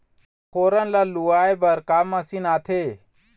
फोरन ला लुआय बर का मशीन आथे?